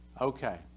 Okay